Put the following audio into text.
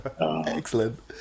excellent